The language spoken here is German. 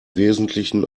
wesentlichen